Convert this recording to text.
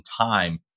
time